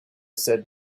said